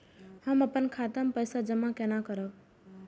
हम अपन खाता मे पैसा जमा केना करब?